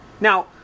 Now